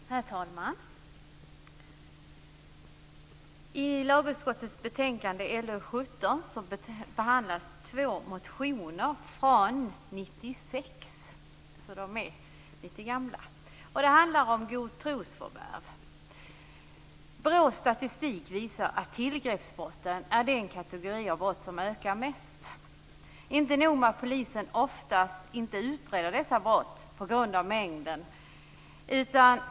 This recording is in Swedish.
Herr talman! I lagutskottets betänkande LU17 behandlas två motioner från 1996, så de är litet gamla. Det handlar om godtrosförvärv. BRÅ:s statistik visar att tillgreppsbrotten är den kategori av brott som ökar mest. Inte nog med att polisen oftast inte utreder dessa brott på grund av mängden.